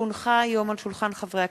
כי הונחה היום על שולחן הכנסת,